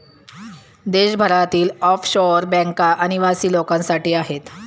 देशभरातील ऑफशोअर बँका अनिवासी लोकांसाठी आहेत